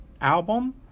album